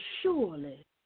surely